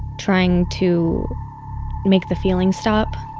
trying to make the feelings stop